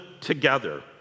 together